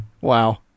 Wow